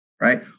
right